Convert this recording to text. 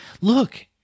Look